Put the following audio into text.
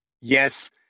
Yes